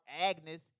Agnes